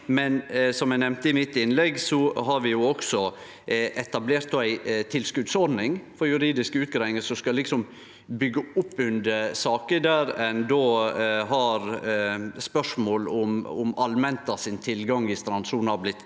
som eg nemnde i mitt innlegg, har vi også etablert ei tilskotsordning for juridiske utgreiingar som skal byggje opp under saker der det er spørsmål om allmenta sin tilgang til strandsona har blitt